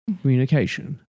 communication